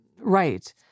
right